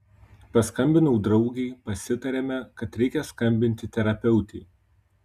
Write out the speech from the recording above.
paskambinau draugei pasitarėme kad reikia skambinti terapeutei